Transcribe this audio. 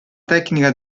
tecnica